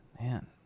man